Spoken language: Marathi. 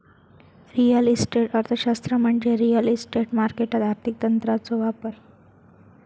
रिअल इस्टेट अर्थशास्त्र म्हणजे रिअल इस्टेट मार्केटात आर्थिक तंत्रांचो वापर